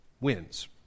wins